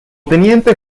teniente